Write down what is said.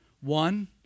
One